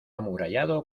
amurallado